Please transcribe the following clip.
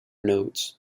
notes